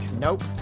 Nope